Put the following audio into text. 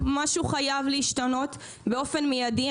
משהו חייב להשתנות באופן מיידי.